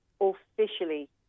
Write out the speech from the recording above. officially